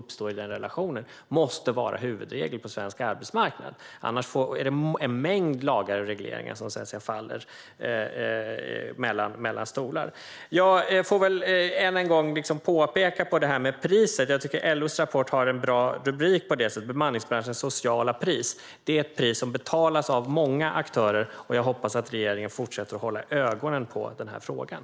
Det gäller även de skyldigheter och rättigheter som uppstår i den relationen. Annars är det en mängd lagar och regleringar som faller mellan stolarna. Jag vill än en gång påminna om priset. LO:s rapport har en bra rubrik när det gäller det - Beman ningsbranschens sociala pris . Det är ett pris som betalas av många aktörer. Jag hoppas att regeringen fortsätter att hålla ögonen på frågan.